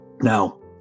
Now